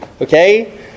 okay